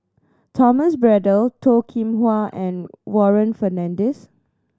Thomas Braddell Toh Kim Hwa and Warren Fernandez